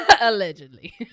Allegedly